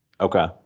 okay